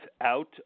Out